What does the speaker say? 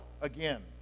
again